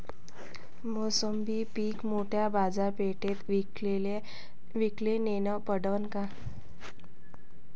मोसंबी पीक मोठ्या बाजारपेठेत विकाले नेनं परवडन का?